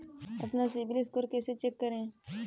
अपना CIBIL score कैसे check करें?